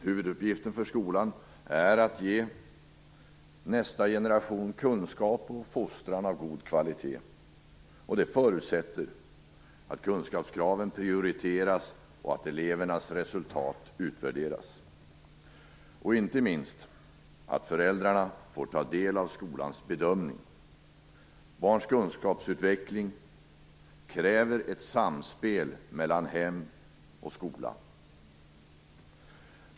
Huvuduppgiften för skolan är att ge nästa generation kunskap och fostran av god kvalitet, och det förutsätter att kunskapskraven prioriteras och att elevernas resultat utvärderas, och inte minst att föräldrarna får ta del av skolans bedömning. Barns kunskapsutveckling kräver ett samspel mellan hem och skola.